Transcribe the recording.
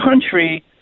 country